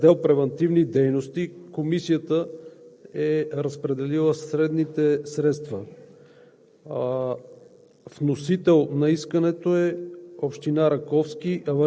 декември 2020 г. В раздел „Превантивни дейности“ Комисията е разпределила следните средства.